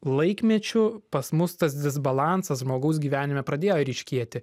laikmečiu pas mus tas disbalansas žmogaus gyvenime pradėjo ryškėti